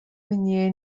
мне